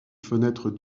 fenêtre